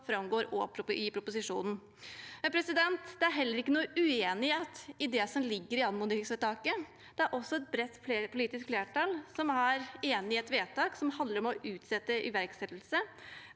framgår av proposisjonen. Det er heller ikke noe uenighet i det som ligger i anmodningsvedtaket. Det er også et bredt politisk flertall som er enig i et vedtak som handler om å utsette iverksettelse